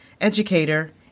educator